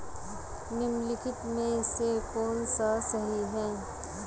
निम्नलिखित में से कौन सा सही है?